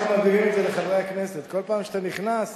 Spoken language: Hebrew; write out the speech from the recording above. אנחנו אחר כך מעבירים את זה לחברי הכנסת: כל פעם שאתה נכנס,